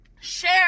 share